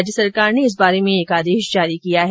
राज्य सरकार ने इस बारे में एक आदेश जारी किया है